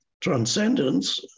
transcendence